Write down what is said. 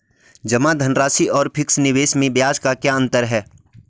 जमा धनराशि और फिक्स निवेश में ब्याज का क्या अंतर है?